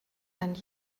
and